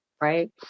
right